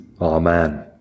Amen